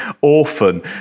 orphan